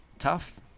Tough